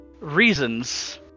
reasons